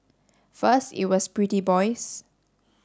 first it was pretty boys